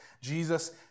Jesus